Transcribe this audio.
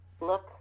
look